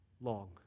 long